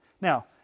Now